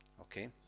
okay